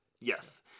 Yes